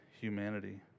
humanity